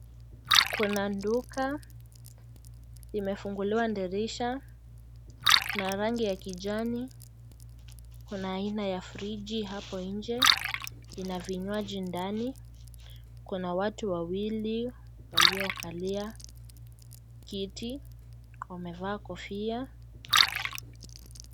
Kuna duka imefunguliwa dirisha ya rangi ya kijani. Kuna aina ya friji hapo nje ina vinywaji ndani. Kuna watu wawili waliovalia kiti wamevaa kofia.